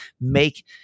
make